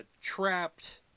trapped